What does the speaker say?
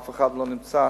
אף אחד לא נמצא.